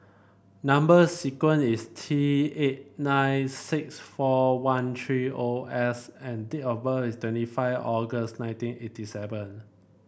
number sequence is T eight nine six four one three O S and date of birth is twenty five August nineteen eighty seven